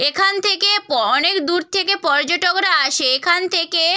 এখান থেকে প অনেক দূর থেকে পর্যটকরা আসে এখান থেকে